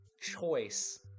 choice